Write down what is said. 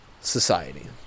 society